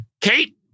Kate